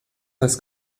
als